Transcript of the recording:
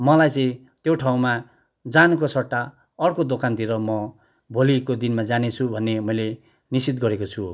मलाई चाहिँ त्यो ठाउँमा जानुको सट्टा अर्को दोकानतिर म भोलिको दिनमा जानेछु भन्ने मैले निश्चित गरेको छु